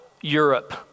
Europe